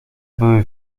były